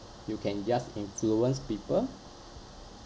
you can just influence people